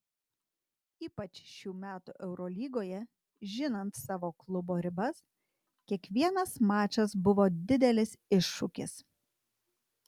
ypač šių metų eurolygoje žinant savo klubo ribas kiekvienas mačas buvo didelis iššūkis